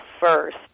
first